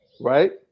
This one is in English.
right